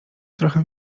trochę